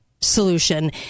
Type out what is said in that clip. solution